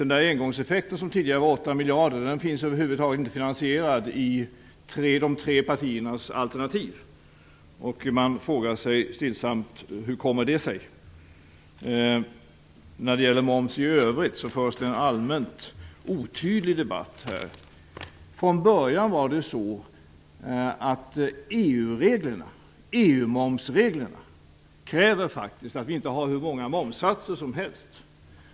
Den engångseffekt som tidigare skulle vara 8 miljarder finns över huvud taget inte finansierad i de tre partiernas alternativ. Man frågar sig stillsamt: Hur kommer det sig? När det gäller moms i övrigt förs här en allmänt otydlig debatt. Från början är det faktiskt så att EU momsreglerna kräver att vi inte har hur många momssatser som helst.